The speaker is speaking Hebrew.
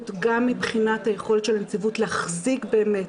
גם מבחינת היכולת של הנציבות להחזיק באמת